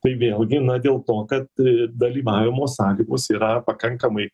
tai vėlgi na dėl to kad dalyvavimo sąlygos yra pakankamai